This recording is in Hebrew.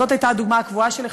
זאת הייתה הדוגמה הקבועה שלי,